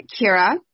Kira